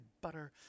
butter